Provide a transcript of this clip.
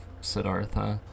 Siddhartha